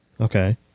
Okay